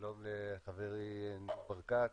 שלום לחברי ח"כ ניר ברקת,